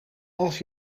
als